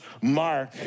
mark